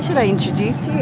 i introduce